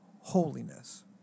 holiness